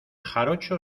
jarocho